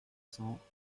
cents